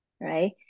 right